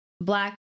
black